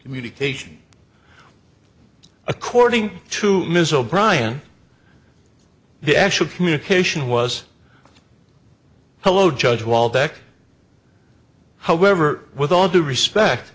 communication according to ms o'brien the actual communication was hello judge waldeck however with all due respect